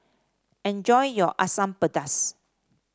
enjoy your Asam Pedas